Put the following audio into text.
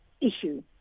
issue